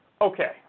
Okay